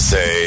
Say